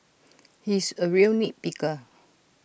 he is A real nit picker